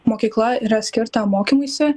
mokykla yra skirta mokymuisi